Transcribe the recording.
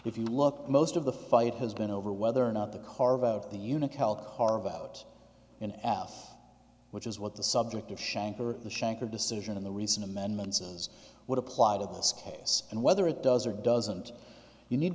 if you look most of the fight has been over whether or not the carve out the unocal carve out an f which is what the subject of shanker the shanker decision in the recent amendment says would apply to this case and whether it does or doesn't you need